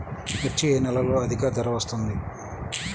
మిర్చి ఏ నెలలో అధిక ధర వస్తుంది?